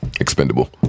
expendable